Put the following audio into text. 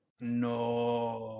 No